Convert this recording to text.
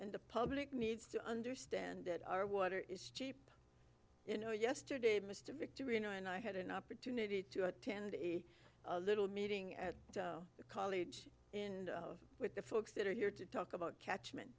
and the public needs to understand that our water is cheap you know yesterday mr victory you know and i had an opportunity to attend a little meeting at college and with the folks that are here to talk about catchmen